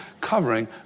covering